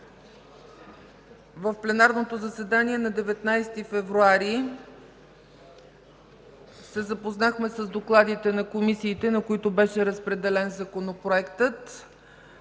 В пленарното заседание на 19 февруари се запознахме с докладите на комисиите, на които беше разпределен Законопроектът.